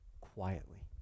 quietly